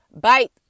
bite